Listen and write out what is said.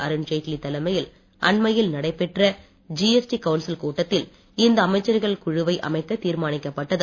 அருண்ஜேட்லி தலைமையில் அண்மையில் நடைபெற்ற ஜிஎஸ்டி கவுன்சில் கூட்டத்தில் இந்த அமைச்சர்கள் குழுவை அமைக்கத் தீர்மானிக்கப்பட்டது